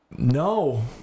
No